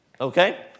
Okay